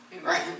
Right